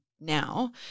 now